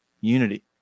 unity